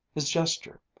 his gesture,